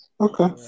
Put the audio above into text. Okay